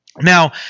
Now